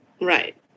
Right